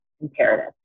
imperative